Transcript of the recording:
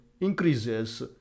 increases